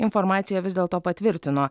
informaciją vis dėlto patvirtino